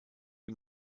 die